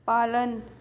पालन